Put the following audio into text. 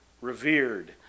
revered